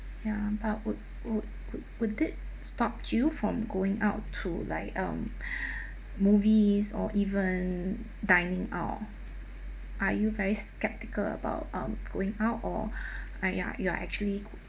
ya but would would would would they stopped you from going out to like um movies or even dining out are you very skeptical about um going out or !aiya! you are actually